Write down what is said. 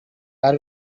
are